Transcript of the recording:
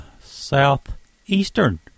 southeastern